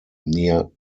near